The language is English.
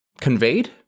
conveyed